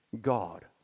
God